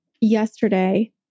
yesterday